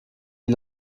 die